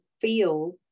feel